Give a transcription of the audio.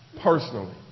personally